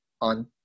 on